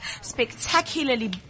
spectacularly